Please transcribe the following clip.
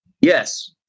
Yes